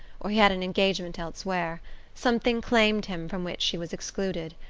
or he had an engagement elsewhere something claimed him from which she was excluded.